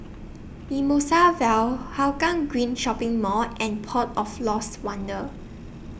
Mimosa Vale Hougang Green Shopping Mall and Port of Lost Wonder